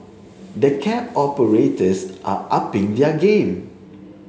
the cab operators are upping their game